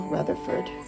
Rutherford